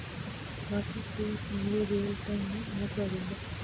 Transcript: RTGS ನಲ್ಲಿ real time ನ ಮಹತ್ವವೇನು?